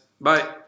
bye